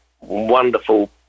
wonderful